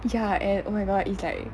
ya and oh my god it's like